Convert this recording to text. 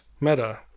Meta